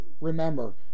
remember